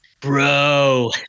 Bro